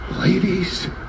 Ladies